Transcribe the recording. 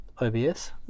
OBS